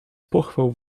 pochwał